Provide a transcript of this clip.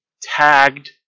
tagged